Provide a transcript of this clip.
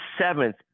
Seventh